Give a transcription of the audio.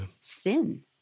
sin